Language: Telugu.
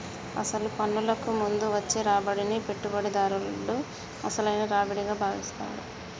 అసలు పన్నులకు ముందు వచ్చే రాబడిని పెట్టుబడిదారుడు అసలైన రావిడిగా భావిస్తాడు